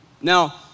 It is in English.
Now